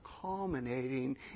culminating